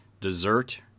dessert